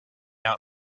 out